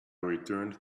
returned